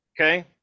Okay